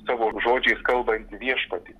savo žodžiais kalbantį viešpatį